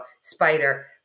Spider